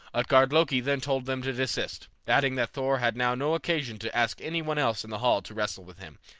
utgard-loki then told them to desist, adding that thor had now no occasion to ask any one else in the hall to wrestle with him,